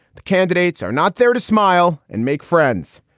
the candidates are not there to smile. and make friends.